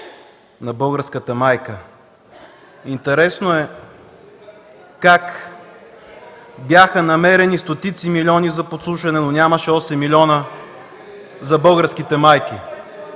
и реплики от ГЕРБ.). Интересно е как бяха намерили стотици милиони за подслушване, но нямаше 8 милиона за българските майки.